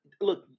look